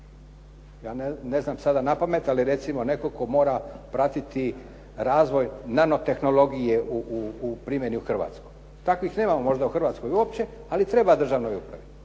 Ja ne znam sada napamet, ali recimo netko tko mora pratiti razvoj nanotehnologije u primjeni u Hrvatskoj, takvih nema možda u Hrvatskoj uopće ali treba državnoj upravi.